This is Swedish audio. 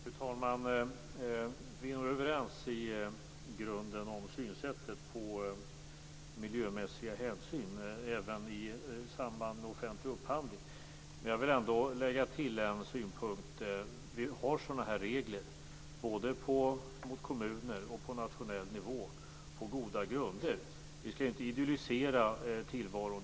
Fru talman! Vi är nog överens i grunden om synsättet på miljömässiga hänsyn även i samband med offentlig upphandling. Men jag vill ändå lägga till en synpunkt. Vi har sådana här regler både på kommunnivå och på nationell nivå, på goda grunder. Vi skall inte idealisera tillvaron.